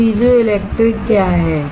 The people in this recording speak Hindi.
तो पीजो इलेक्ट्रिक क्या है